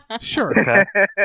sure